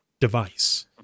device